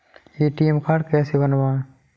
ATM card कैसे बनवाएँ?